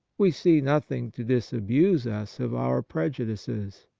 we see nothing to disabuse us of our prejudices.